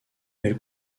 elle